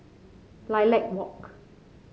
Lilac Walk